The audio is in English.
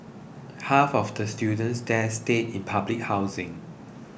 half of the students there stay in public housing